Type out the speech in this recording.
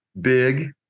big